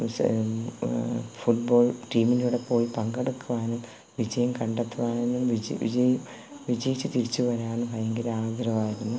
football ടീമിന്റെ കൂടെപ്പോയി പങ്കെടുക്കുവാനും വിജയം കണ്ടെത്തുവാനും വിജയ് വിജയ് വിജയിച്ച് തിരിച്ച് വരാനും ഭയങ്കര ആഗ്രഹവായിരുന്നു